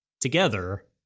together